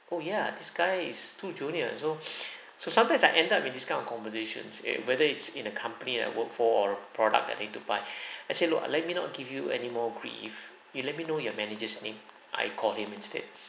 oh ya this guy is too junior so so sometimes I end up in kind of conversations eh whether it's in a company I work for or product I need to buy I say look let me not give you any more grief you let me know your manager's name I call him instead